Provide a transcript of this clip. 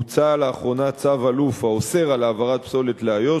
הוצא לאחרונה צו אלוף האוסר על העברת פסולת לאיו"ש,